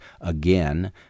again